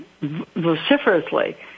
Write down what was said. vociferously